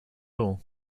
all